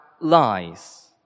lies